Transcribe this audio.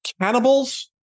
cannibals